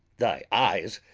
thy eyes,